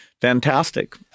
fantastic